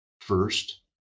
First